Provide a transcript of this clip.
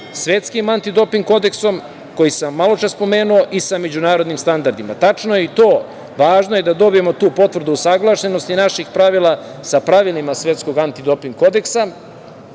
Svetskim antidoping kodeksom koji sam maločas spomenuo i sa međunarodnim standardima. Tačno je i to, važno je da dobijemo tu potvrdu usaglašenosti naših pravila sa pravilima Svetskog antidoping kodeksa,